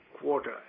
quarter